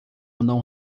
não